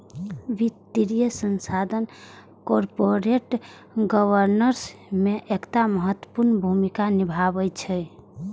वित्तीय संस्थान corporate governance मे एकटा महत्वपूर्ण भूमिका निभाबै छै